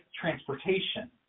transportation